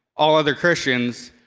all other christians,